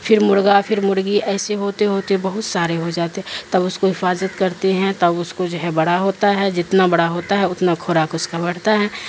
پھر مرغا پر مرغی ایسے ہوتے ہوتے بہت سارے ہو جاتے تب اس کو حفاظت کرتے ہیں تب اس کو جو ہے بڑا ہوتا ہے جتنا بڑا ہوتا ہے اتنا کوراک اس کا بڑھتا ہے